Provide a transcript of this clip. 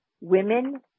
women